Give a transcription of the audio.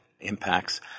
impacts